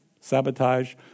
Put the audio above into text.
Sabotage